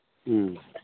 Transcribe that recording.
ꯎꯝ